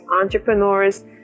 entrepreneurs